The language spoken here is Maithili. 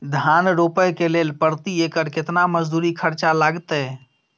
धान रोपय के लेल प्रति एकर केतना मजदूरी खर्चा लागतेय?